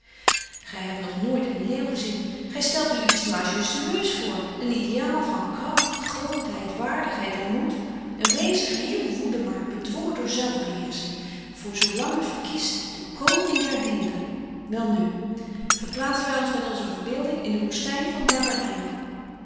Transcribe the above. gij hebt nog nooit een leeuw gezien gij stelt u iets majestueus voor een ideaal van kracht grootheid waardigheid en moed een wezen geheel woede maar bedwongen door zelfbeheersching voor zoo lang het verkiest den koning der dieren welnu verplaatsen wij ons met onze verbeelding in de woestijn van barbarije